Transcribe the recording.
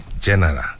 general